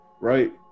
right